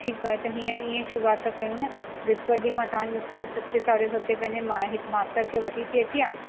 ठीकु आहे त हींअर इअं ई शुरूआत था कयूं न विस्पत जे ॾींहं मां तव्हांजे स्कूल सते साढे सते पंहिंजे मां हिकु मास्तर खे वठी थी अचां